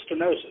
stenosis